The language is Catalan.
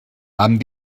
amb